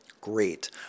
great